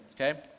okay